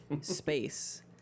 space